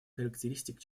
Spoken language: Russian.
характеристик